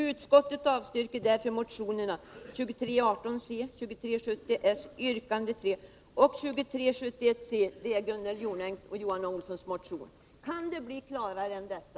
Utskottet avstyrker därför motionerna 2318 , 2370 yrkande 3 och 2371 .” Det är Gunnel Jonängs och Johan Olssons motion. Kan det bli klarare än detta?